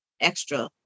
extra